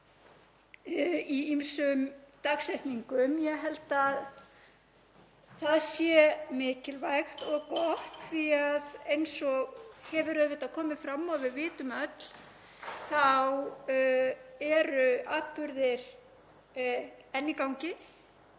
í ýmsum dagsetningum. Ég held að það sé mikilvægt og gott því að eins og hefur auðvitað komið fram og við vitum öll þá eru atburðir enn í gangi.